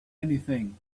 anything